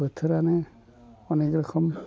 बोथोरानो अनेक रोखोम